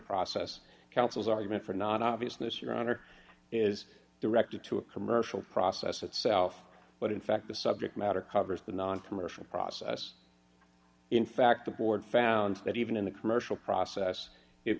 process council's argument for not obviousness your honor is directed to a commercial process itself but in fact the subject matter covers the noncommercial process in fact the board found that even in the commercial process it